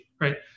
right